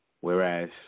whereas